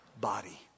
body